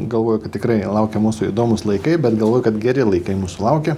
galvoju kad tikrai laukia mūsų įdomūs laikai bet galvoju kad geri laikai mūsų laukia